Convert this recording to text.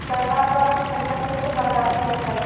सरकार द्वारा फसलिया कईसे बाजार में बेचाई?